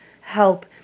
help